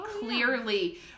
clearly